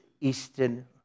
Eastern